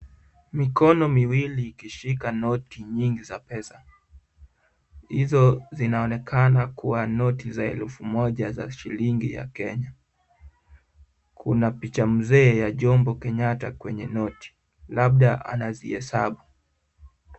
Mikono miwili ikishika noti nyingi za pesa. Hizo zinaonekana kuwa noti za elfu moja za shilingi ya Kenya. Kuna picha mzee ya Jomo Kenyatta kwenye noti labda anazihesabu.